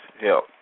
help